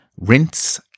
Rinse